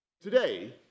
Today